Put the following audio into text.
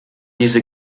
diese